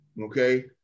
Okay